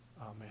Amen